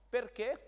Perché